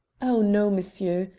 oh no, monsieur.